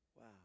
wow